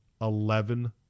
Eleven